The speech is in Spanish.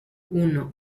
uno